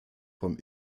vom